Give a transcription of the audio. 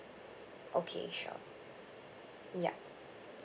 okay sure ya